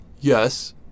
Yes